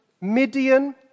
Midian